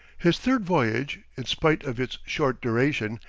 his third voyage, in spite of its short duration,